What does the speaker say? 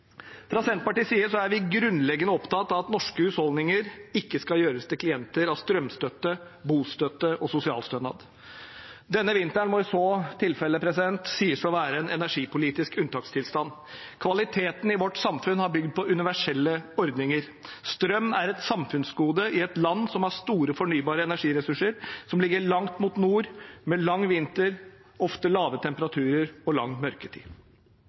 Fra Senterpartiets side er vi grunnleggende opptatt av at norske husholdninger ikke skal gjøres til klienter av strømstøtte, bostøtte og sosialstønad. Denne vinteren må i så tilfelle sies å være en energipolitisk unntakstilstand. Kvaliteten i vårt samfunn har bygd på universelle ordninger. Strøm er et samfunnsgode i et land som har store fornybare energiressurser, som ligger langt mot nord, med lang vinter, ofte lave temperaturer og lang mørketid.